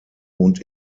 und